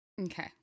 Okay